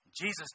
Jesus